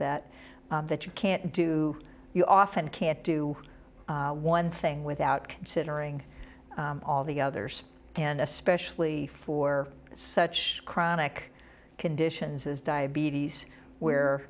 that that you can't do you often can't do one thing without considering all the others and especially for such chronic conditions as diabetes where